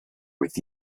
with